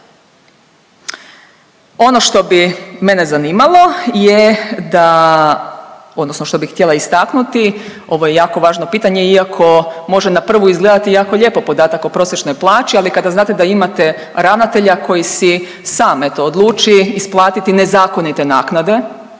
Ono što bi mene zanimalo je da, odnosno što bi htjela istaknuti, ovo je jako važno pitanje iako može na prvu izgledati jako lijepo podatak o prosječnoj plaći, ali kada da znate da imate ravnatelja koji si sam eto odluči isplatiti nezakonite naknade